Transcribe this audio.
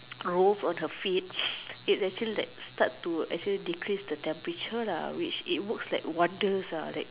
rolls on her feet it actually like start to actually decrease the temperature lah which it works like wonders ah like